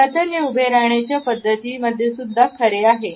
खरंतर हे उभे राहण्याचे पद्धती मध्ये सुद्धा खरे आहे